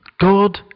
God